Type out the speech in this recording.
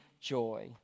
joy